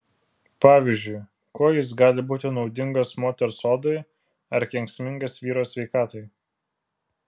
pavyzdžiui kuo jis gali būti naudingas moters odai ar kenksmingas vyro sveikatai